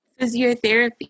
Physiotherapy